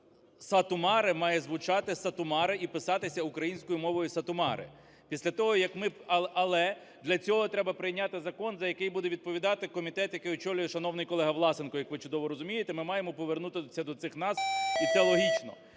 Сату-Маре має звучати Сату-Маре і писатися українською мовою Сату-Маре. Після того як ми… Але для цього треба прийняти закон, за який буде відповідати комітет, який очолює шановний колега Власенко, як ви чудово розумієте, ми маємо повернутися до цих назв, і це логічно.